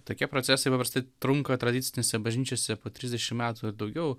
tokie procesai paprastai trunka tradicinėse bažnyčiose po trisdešim metų ir daugiau